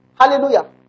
Hallelujah